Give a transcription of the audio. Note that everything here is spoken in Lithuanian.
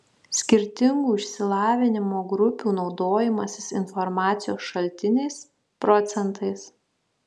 skirtingų išsilavinimo grupių naudojimasis informacijos šaltiniais procentais